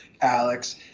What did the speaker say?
Alex